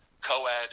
co-ed